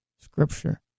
scripture